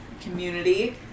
community